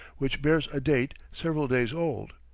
which bears a date several days old.